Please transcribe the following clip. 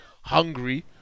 hungry